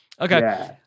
okay